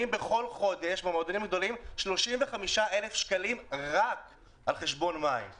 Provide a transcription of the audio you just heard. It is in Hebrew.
בכל חודש במועדונים הגדולים 35,000 שקלים רק עבור חשבון מים;